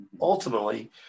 ultimately